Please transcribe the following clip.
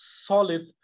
solid